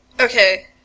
okay